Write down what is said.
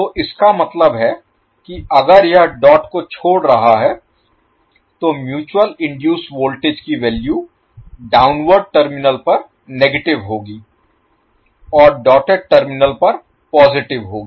तो इसका मतलब है कि अगर यह डॉट को छोड़ रहा है तो म्यूचुअल इनडुइस वोल्टेज की वैल्यू डाउनवर्ड टर्मिनल पर नेगेटिव होगी और डॉटेड टर्मिनल पर पॉजिटिव होगी